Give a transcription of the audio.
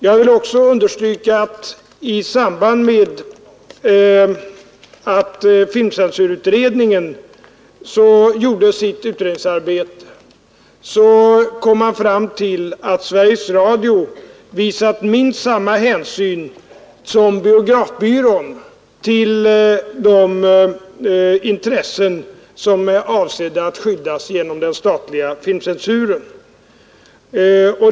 Jag vill också understryka att i samband med att filmcensurutredningen gjorde sitt utredningsarbete kom man fram till att Sveriges Radio visat minst samma hänsyn som biografbyrån till de intressen som är avsedda att skyddas genom den statliga filmcensuren.